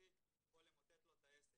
ספציפי ימוטט לו את העסק.